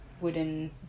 wooden